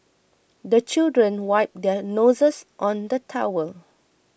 the children wipe their noses on the towel